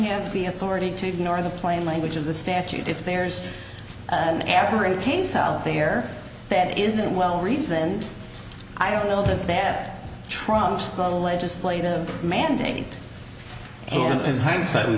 have the authority to ignore the plain language of the statute if there's an average case out there that isn't well reasoned i don't know that that trumps the legislative mandate and in hindsight we